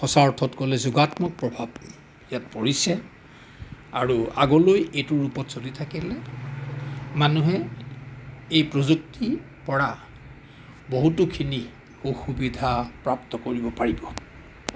সঁচা অৰ্থত ক'লে যোগাত্মক প্ৰভাৱ ইয়াত পৰিছে আৰু আগলৈ এইটো ৰূপত চলি থাকিলে মানুহে এই প্ৰযুক্তি পৰা বহুতখিনি সা সুবিধা প্ৰাপ্ত কৰিব পাৰিব